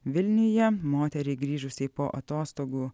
vilniuje moteriai grįžusiai po atostogų